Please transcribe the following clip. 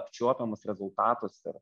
apčiuopiamus rezultatus ir